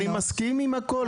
אני מסכים עם הכול.